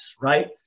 right